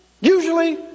Usually